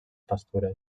pastures